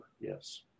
yes